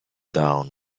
down